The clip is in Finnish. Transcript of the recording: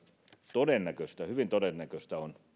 todennäköistä hyvin todennäköistä on